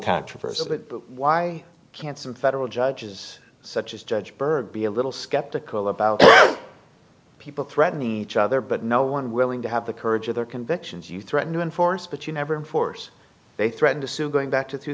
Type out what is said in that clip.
controversy but why can't some federal judges such as judge byrd be a little skeptical about people threatening each other but no one willing to have the courage of their convictions you threaten to enforce but you never force they threaten to sue going back to two